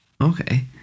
Okay